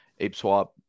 ApeSwap